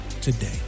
today